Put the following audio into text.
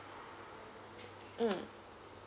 mm